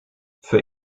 für